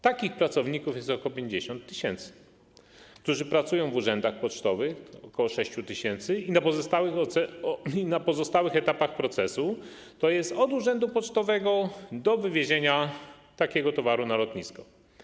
Takich pracowników jest ok. 50 tys., pracujących w urzędach pocztowych - ok. 6 tys. i na pozostałych etapach procesu, tj. od urzędu pocztowego do wywiezienia takiego towaru na lotnisko.